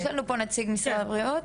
יש לנו פה נציג משרד הבריאות?